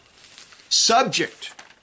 subject